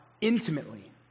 intimately